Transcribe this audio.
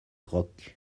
rock